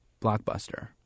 blockbuster